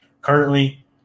Currently